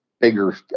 bigger